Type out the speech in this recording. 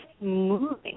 moving